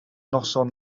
noson